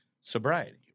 sobriety